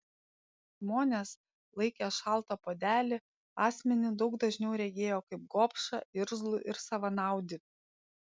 žmonės laikę šaltą puodelį asmenį daug dažniau regėjo kaip gobšą irzlų ir savanaudį